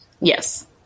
Yes